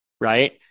right